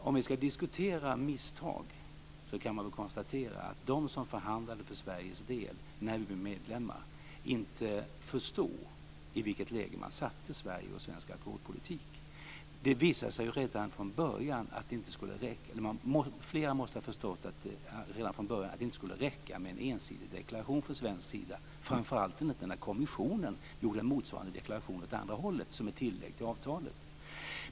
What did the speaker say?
Om vi ska diskutera misstag kan man konstatera att de som förhandlade för Sveriges del, när vi blev medlemmar, inte förstod i vilket läge de satte Sverige och svensk alkoholpolitik. Flera måste ha förstått redan från början att det inte skulle räcka med en ensidig deklaration från svensk sida, framför allt inte när kommissionen gjorde en motsvarande deklaration åt andra hållet som ett tillägg till avtalet.